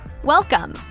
Welcome